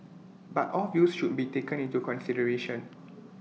but all views should be taken into consideration